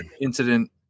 incident